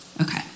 Okay